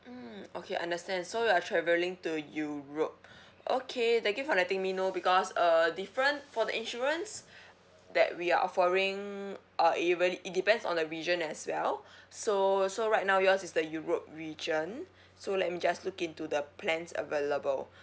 mm okay understand so you're traveling to europe okay thank you for letting me know because uh different for the insurance that we are offering uh it really it depends on the region as well so so right now yours is the europe region so let me just look into the plans available